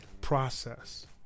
process